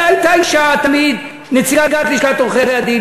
הייתה אישה תמיד, נציגת לשכת עורכי-הדין.